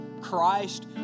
Christ